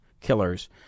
killers